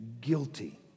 guilty